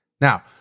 Now